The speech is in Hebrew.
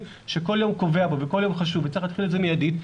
שכל יום קובע פה וכל יום חשוב וצריך להתחיל את זה מיידית,